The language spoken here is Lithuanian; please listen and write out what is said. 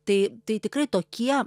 tai tai tikrai tokie